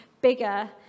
bigger